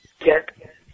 Get